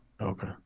Okay